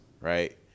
right